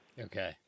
Okay